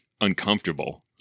uncomfortable